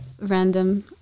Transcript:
random